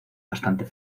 bastante